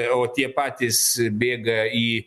o tie patys bėga į